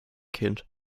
kind